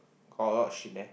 got a lot of shit there